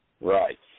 Right